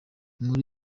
inkuru